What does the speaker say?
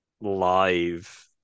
live